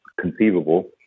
conceivable